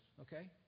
okay